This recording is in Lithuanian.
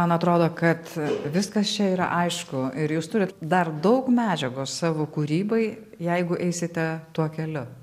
man atrodo kad viskas čia yra aišku ir jūs turit dar daug medžiagos savo kūrybai jeigu eisite tuo keliu